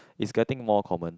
is getting more common